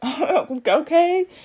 okay